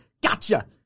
gotcha